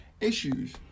issues